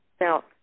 Now